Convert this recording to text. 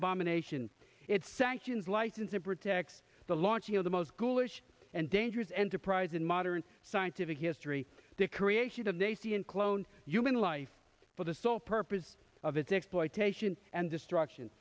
abomination it sanctions license it protects the launching of the most ghoulish and dangerous enterprise in modern scientific history the creation of a c and cloned human life for the sole purpose of its exploitation and destruction